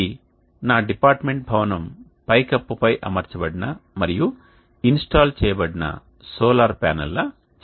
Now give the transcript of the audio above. ఇది నా డిపార్ట్మెంట్ భవనం పైకప్పుపై అమర్చబడిన మరియు ఇన్స్టాల్ చేయబడిన సోలార్ ప్యానెల్ల చిత్రం